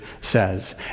says